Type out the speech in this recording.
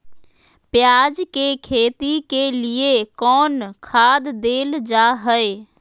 प्याज के खेती के लिए कौन खाद देल जा हाय?